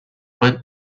but